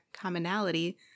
commonality